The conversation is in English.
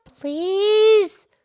please